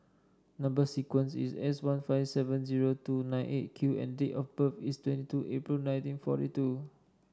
number sequence is S one five seven zero two nine Eight Q and date of birth is twenty two April nineteen forty two